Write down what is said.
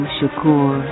Shakur